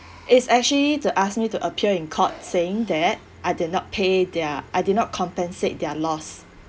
it's actually to ask me to appear in court saying that I did not pay their I do not compensate their loss